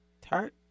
Tart